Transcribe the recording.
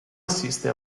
assiste